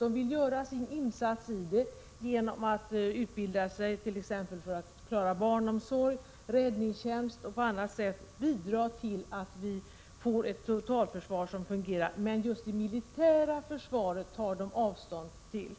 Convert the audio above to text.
De vill göra sin insats genom att utbilda sig t.ex. för att klara barnomsorg, räddningstjänst eller vill på annat sätt bidra till att vårt totalförsvar skall fungera, men just den militära delen av försvaret tar de avstånd från.